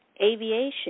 aviation